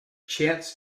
chants